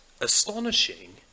astonishing